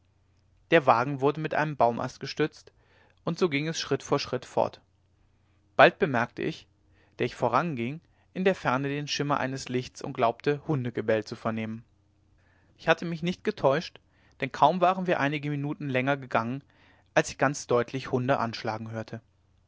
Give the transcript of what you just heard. der wagen wurde mit einem baumast gestützt und so ging es schritt vor schritt fort bald bemerkte ich der ich voranging in der ferne den schimmer eines lichts und glaubte hundegebell zu vernehmen ich hatte mich nicht getäuscht denn kaum waren wir einige minuten länger gegangen als ich ganz deutlich hunde anschlagen hörte